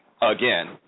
again